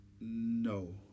No